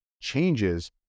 changes